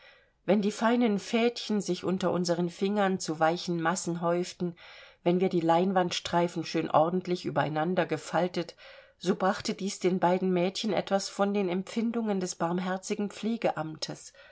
wenn die feinen fädchen sich unter unseren fingern zu weichen massen häuften wenn wir die leinwandstreifen schön ordentlich übereinander gefaltet so brachte dies den beiden mädchen etwas von den empfindungen des barmherzigen